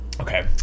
Okay